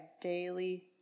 daily